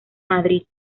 madrid